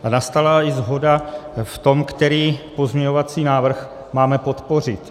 A nastala i shoda v tom, který pozměňovací návrh máme podpořit.